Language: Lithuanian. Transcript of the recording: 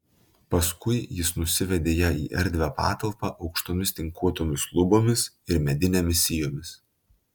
paskui jis nusivedė ją į erdvią patalpą aukštomis tinkuotomis lubomis ir medinėmis sijomis